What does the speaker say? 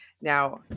now